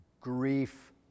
grief